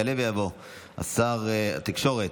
יעלה ויבוא שר התקשורת.